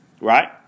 right